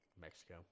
Mexico